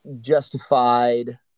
justified